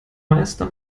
meister